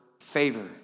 favor